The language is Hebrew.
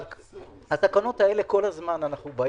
את התקנות אנחנו כל הזמן מתקנים,